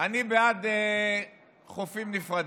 אני בעד חופים נפרדים.